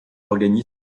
organismes